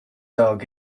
dog